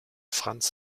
franz